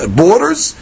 borders